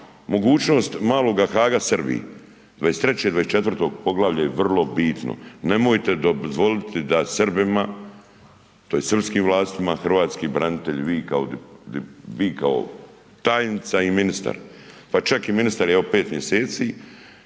mogućnost maloga Haaga Srbiji, 23. i 24. poglavlje je vrlo bitno, nemojte dozvoliti da Srbima tj. srpskim vlastima hrvatski branitelj, vi kao, vi kao tajnica i ministar, pa čak i ministar, evo 5 mjeseci.